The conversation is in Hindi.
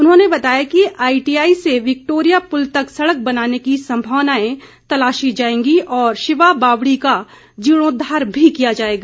उन्होंने बताया कि आईटीआई से विक्टोरिया पुल तक सड़क बनाने की संभावनाएं तलाशी जाएंगी और शिवा बावड़ी का जीर्णोद्वार भी किया जाएगा